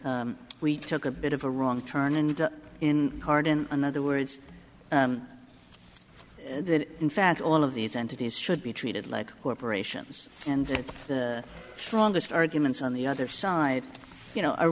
that we took a bit of a wrong turn and in hard in another words and that in fact all of these entities should be treated like corporations and the strongest arguments on the other side you know